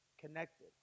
Connected